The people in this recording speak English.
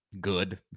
good